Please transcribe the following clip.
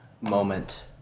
moment